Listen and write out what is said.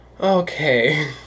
Okay